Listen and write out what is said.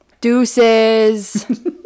Deuces